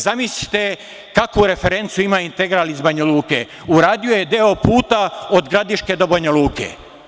Zamislite kakvu referencu ima „Integral“ iz Banjaluke, uradio je deo puta od Gradiške do Banjaluke.